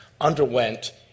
underwent